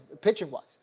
pitching-wise